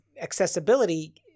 accessibility